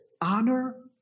honor